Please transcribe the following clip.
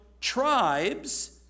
tribes